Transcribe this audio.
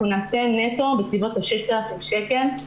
אנחנו נרוויח נטו בסביבות 6,000 שקל,